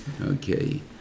okay